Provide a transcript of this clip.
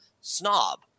snob